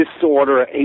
disorder